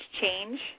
change